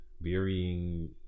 varying